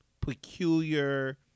peculiar